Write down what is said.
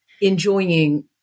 enjoying